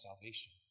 salvation